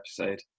episode